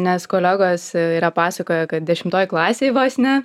nes kolegos yra pasakoję kad dešimtoj klasėj vos ne